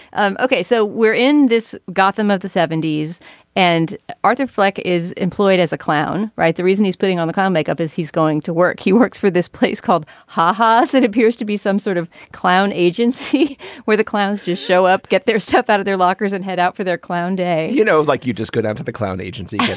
um okay so we're in this gotham of the seventy s and arthur fleck is employed as a clown. right. the reason he's putting on the clown makeup is he's going to work. he works this place called haha. it appears to be some sort of clown agency where the clowns just show up get their stuff out of their lockers and head out for their clown day you know like you just got out of the clown agency.